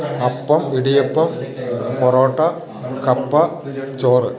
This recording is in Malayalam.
അപ്പം ഇടിയപ്പം പൊറോട്ട കപ്പ ചോറ്